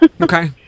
Okay